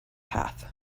path